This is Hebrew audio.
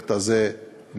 והפרויקט הזה נעלם.